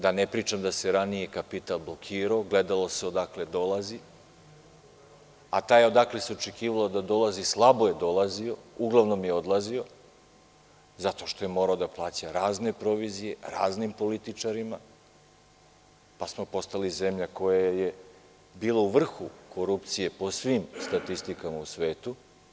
Da ne pričam da se ranije kapital blokirao, gledalo se odakle dolazi, a taj odakle se očekivalo da dolazi slabo je dolazio, već je uglavnom odlazio zato što je morao da plaća razne provizije raznim političarima, pa smo postali zemlja koja je bila u vrhu korupcije po svim statistikama u svetu.